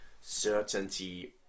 certainty